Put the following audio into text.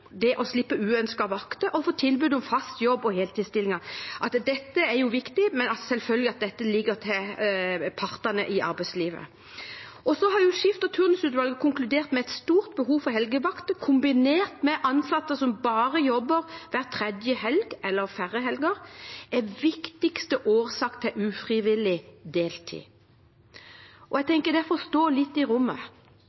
det å slippe uønskede vakter og å få tilbud om fast jobb og heltidsstillinger. Dette er viktig, men det ligger selvfølgelig til partene i arbeidslivet. Skift/turnusutvalget har konkludert med at et stort behov for helgevakter, kombinert med ansatte som bare jobber hver tredje helg eller færre helger, er viktigste årsak til ufrivillig deltid. Jeg